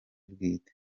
bwite